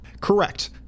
Correct